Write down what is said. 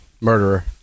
murderer